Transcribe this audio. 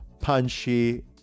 punchy